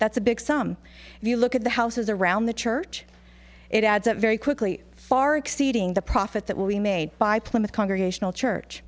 that's a big sum if you look at the houses around the church it adds up very quickly far exceeding the profit that will be made by plymouth congregational church